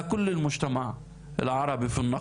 יש לו ממדים חברתיים ופוליטיים וכלכליים